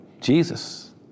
Jesus